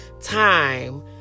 time